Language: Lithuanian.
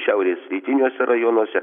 šiaurės rytiniuose rajonuose